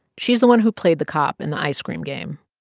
she's the one who played the cop in the ice cream game.